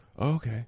Okay